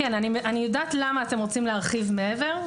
כן, אני יודעת למה אתם רוצים להרחיב מעבר.